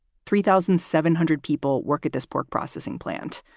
three thousand seven hundred people work at this pork processing plant.